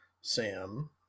sam